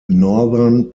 northern